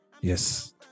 Yes